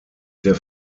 der